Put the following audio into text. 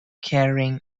carrying